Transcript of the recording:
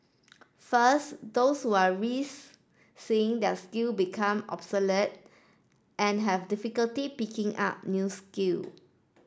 first those who are risk seeing their skill become obsolete and have difficulty picking up new skill